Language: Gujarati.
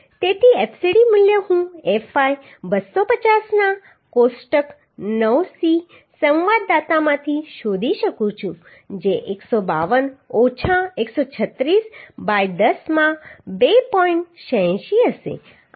તેથી fcd મૂલ્ય હું fy 250 ના કોષ્ટક 9c સંવાદદાતામાંથી શોધી શકું છું જે 152 ઓછા 136 બાય 10 માં 2